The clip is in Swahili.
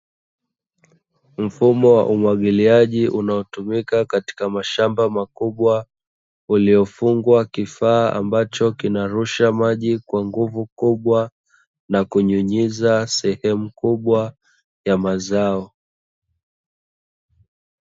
Mfumo wa umwagiliaji unaotumika katika mashamba makubwa uliofungwa kifaa ambacho kinarusha maji kwa nguvu kubwa na kunyunyiza sehemu kubwa ya mazao.